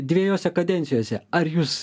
dviejose kadencijose ar jūs